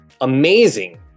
amazing